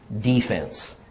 defense